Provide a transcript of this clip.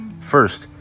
First